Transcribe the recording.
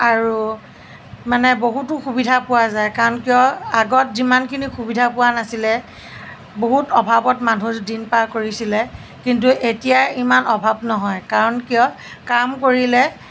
আৰু মানে বহুতো সুবিধা পোৱা যায় কাৰণ কিয় আগত যিমানখিনি সুবিধা পোৱা নাছিলে বহুত অভাৱত মানুহে দিন পাৰ কৰিছিলে কিন্তু এতিয়া ইমান অভাৱ নহয় কাৰণ কিয় কাম কৰিলে